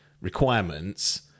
requirements